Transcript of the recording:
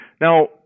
Now